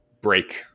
break